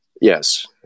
yes